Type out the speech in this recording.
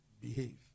behave